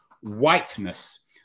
Whiteness